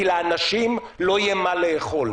כי לאנשים לא יהיה מה לאכול.